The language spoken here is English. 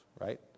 right